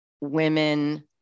women